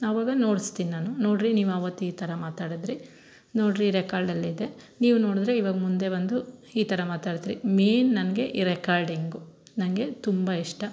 ಅವಾಗ ನೋಡ್ಸ್ತಿನಿ ನಾನು ನೋಡಿರಿ ನೀವು ಆವತ್ತು ಈ ಥರ ಮಾತಾಡಿದ್ರಿ ನೋಡಿರಿ ರೆಕಾರ್ಡಲ್ಲಿದೆ ನೀವು ನೋಡಿದ್ರೆ ಇವಾಗ ಮುಂದೆ ಬಂದು ಈ ಥರ ಮಾತಾಡಿದ್ರಿ ಮೇನ್ ನನಗೆ ಈ ರೆಕಾರ್ಡಿಂಗು ನನಗೆ ತುಂಬ ಇಷ್ಟ